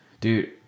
Dude